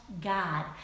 God